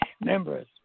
members